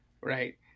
Right